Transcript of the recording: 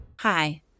Hi